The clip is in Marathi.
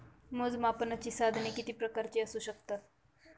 मोजमापनाची साधने किती प्रकारची असू शकतात?